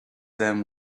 than